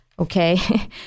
Okay